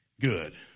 Good